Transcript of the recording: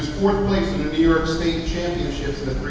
fourth place in the new york state championships in the